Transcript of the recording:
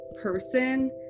person